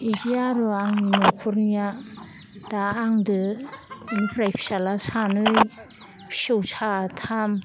इदि आर' आंनि न'खरनिया दा आंदो इनिफ्राय फिसाज्ला सानै फिसौ साथाम